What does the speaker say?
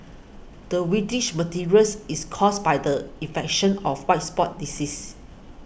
the whitish materials is caused by the infection of white spot disease